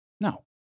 No